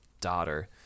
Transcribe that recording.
daughter